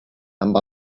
amb